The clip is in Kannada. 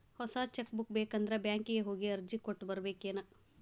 ಹೊಸ ಚೆಕ್ ಬುಕ್ ಬೇಕಂದ್ರ ಬ್ಯಾಂಕಿಗೆ ಹೋಗಿ ಅರ್ಜಿ ಕೊಟ್ಟ ಬರ್ಬೇಕೇನ್